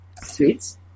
Sweets